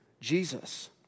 Jesus